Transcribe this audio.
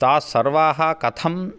तास्सर्वाः कथम्